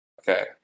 Okay